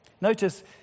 notice